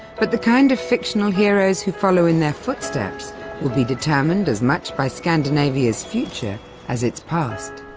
but the kind of fictional heroes who follow in their footsteps will be determined as much by scandinavia's future as its past.